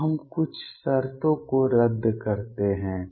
अब हम कुछ शर्तों को रद्द करते हैं